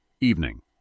EVENING